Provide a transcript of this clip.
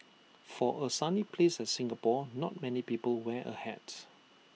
for A sunny place like Singapore not many people wear A hat